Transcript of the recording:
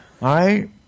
right